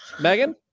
Megan